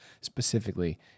specifically